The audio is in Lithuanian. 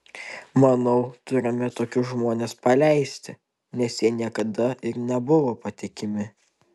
manau turime tokius žmones paleisti nes jie niekada ir nebuvo patikimi